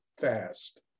fast